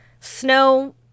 Snow